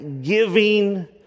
giving